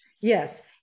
Yes